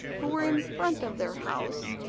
who were in front of their house,